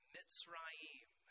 Mitzrayim